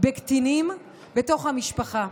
בקטינים בתוך המשפחה,